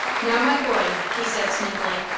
now, my boy, he said, smoothly,